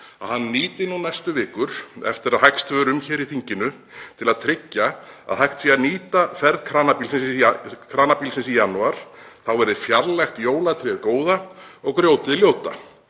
að hann nýti næstu vikur eftir að hægst hefur um hér í þinginu til að tryggja að hægt sé að nýta ferð kranabílsins í janúar og þá verði fjarlægt jólatréð góða og grjótið ljóta.